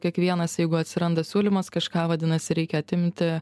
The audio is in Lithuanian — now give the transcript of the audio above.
kiekvienas jeigu atsiranda siūlymas kažką vadinasi reikia atimti